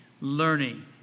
learning